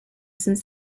since